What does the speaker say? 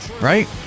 right